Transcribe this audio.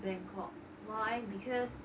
bangkok why because